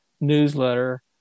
newsletter